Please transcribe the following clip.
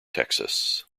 texas